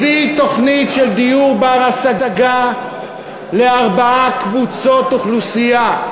הביא תוכנית של דיור בר-השגה לארבע קבוצות אוכלוסייה: